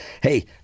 Hey